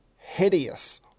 hideous